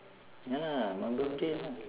ya lah my birthday lah